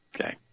Okay